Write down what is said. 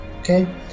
Okay